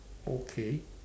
okay